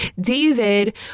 David